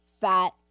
fat